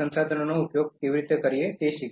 સંસાધનોનો ઉપયોગ કેવી રીતે કરી શકીએ